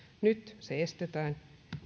nyt se estetään